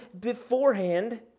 beforehand